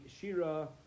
Shira